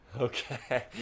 Okay